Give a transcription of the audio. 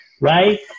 right